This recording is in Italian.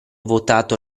votato